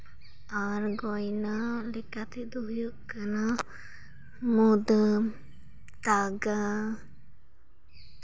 ᱟᱨ ᱜᱚᱭᱱᱟ ᱞᱮᱠᱟ ᱛᱮᱫᱚ ᱦᱩᱭᱩᱜ ᱠᱟᱱᱟ ᱢᱩᱫᱟᱹᱢ ᱛᱟᱜᱟ